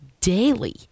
daily